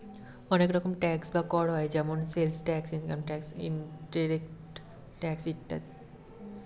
অনেক রকম ট্যাক্স বা কর হয় যেমন sales tax, income tax, direct tax ইত্যাদি